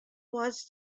was